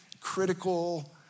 critical